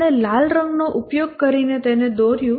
આપણે લાલ રંગનો ઉપયોગ કરીને તેને દોર્યું